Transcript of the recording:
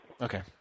Okay